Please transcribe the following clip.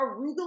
arugula